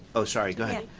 ah sorry, go ahead.